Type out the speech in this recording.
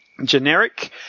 generic